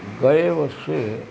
ગયે વર્ષે